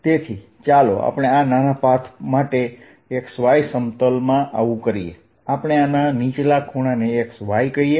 તેથી ચાલો આપણે આ નાના પાથ માટે XY સમતલ માં આવું કરીએ આપણે આના નીચલા ખૂણાને xy કહીએ